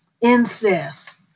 incest